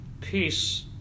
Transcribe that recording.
Peace